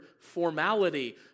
formality